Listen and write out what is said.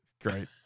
Great